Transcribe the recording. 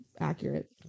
accurate